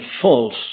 false